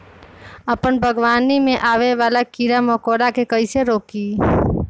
अपना बागवानी में आबे वाला किरा मकोरा के कईसे रोकी?